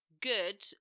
Good